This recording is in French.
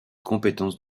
compétence